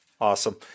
Awesome